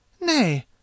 Nay